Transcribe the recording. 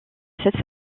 cette